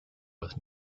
with